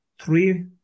three